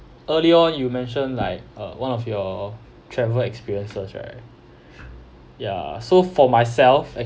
earlier on you mention like uh one of your travel experiences right ya so for myself